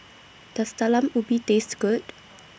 Does Talam Ubi Taste Good